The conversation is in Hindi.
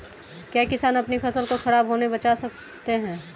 क्या किसान अपनी फसल को खराब होने बचा सकते हैं कैसे?